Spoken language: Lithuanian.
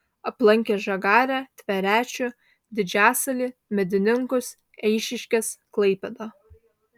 aplankė žagarę tverečių didžiasalį medininkus eišiškes klaipėdą